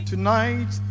Tonight